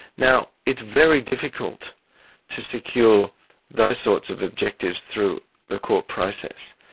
now, it's very difficult to secure those sorts of objectives through the court process.